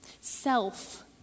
Self